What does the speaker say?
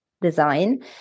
design